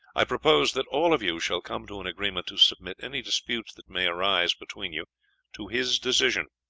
i propose that all of you shall come to an agreement to submit any disputes that may arise between you to his decision,